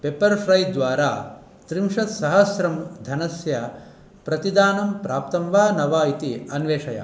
Pepperfry द्वारा त्रिंशत् सहस्रं धनस्य प्रतिदानं प्राप्तं वा न वा इति अन्वेषय